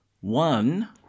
One